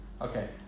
Okay